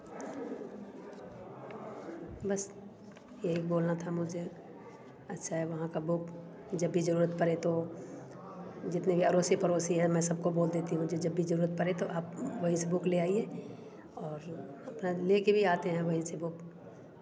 बस यही बोलना था मुझे अच्छा है वहाँ का बुक जब भी ज़रूरत पड़े तो जितने भी अड़ोसी पड़ोसी है मैं सब को बोल देता हूँ कि जब भी ज़रूरत पड़े तो आप वहीं से बुक ले आईए और अपना ले कर भी आते हैं वहीं से बुक